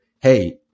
hey